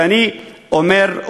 ואני אומר,